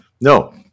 No